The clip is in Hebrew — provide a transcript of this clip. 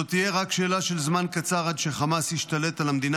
זאת תהיה רק שאלה של זמן קצר עד שחמאס ישתלט על המדינה